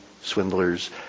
swindlers